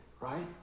right